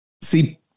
See